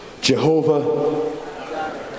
Jehovah